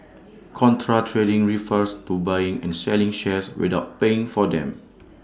contra trading refers to buying and selling shares without paying for them